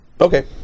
Okay